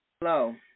hello